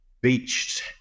beached